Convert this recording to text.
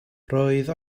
roedd